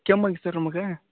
ಕೆಮ್ಮಾಗಿತ್ತು sir ನಮಗೆ